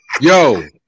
yo